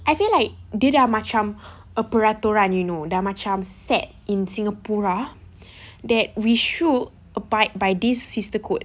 I feel like dia dah macam peraturan you know dah macam set in singapura that we should abide by this sister code